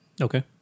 Okay